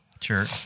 Sure